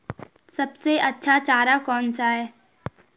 सबसे अच्छा चारा कौन सा है?